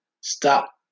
stop